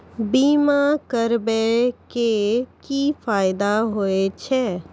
बीमा करबै के की फायदा होय छै?